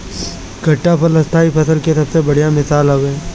खट्टा फल स्थाई फसल के सबसे बढ़िया मिसाल हवे